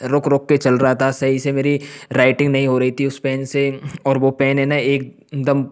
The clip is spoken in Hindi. रुक रुक कर चल रहा था सही से मेरी राइटिंग नहीं हो रही थी उस पेन से और वो पेन है ना एक दम